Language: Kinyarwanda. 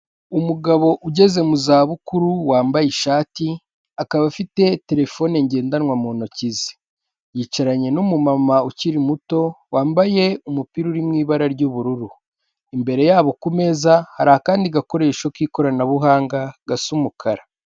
Umugabo ugeze mu zabukuru wambaye ishati akaba afite telefone ngendanwa mu ntoki ze, yicaranye n'umumama ukiri muto wambaye umupira uri mu ibara ry'ubururu, imbere yabo ku meza hari akandi gakoresho k'ikoranabuhanga gasa umukara.